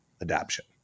adaption